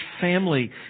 family